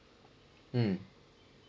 hmm